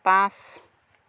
পাঁচ